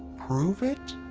prove it?